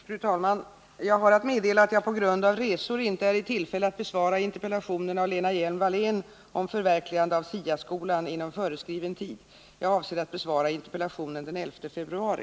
Fru talman! Jag har att meddela att jag på grund av resor inte är i tillfälle att inom föreskriven tid besvara interpellationen av Lena Hjelm-Wallén om förverkligande av SIA-skolan. Jag avser att besvara interpellationen den 11 februari.